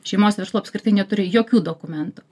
šeimos verslų apskritai neturi jokių dokumentų